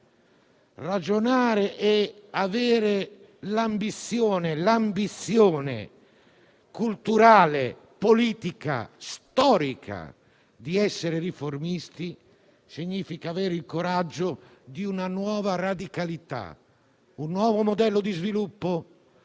Ragionare e avere l'ambizione culturale, politica e storica di essere riformisti significa avere il coraggio di una nuova radicalità, un nuovo modello di sviluppo,